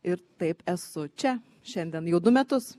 ir taip esu čia šiandien jau du metus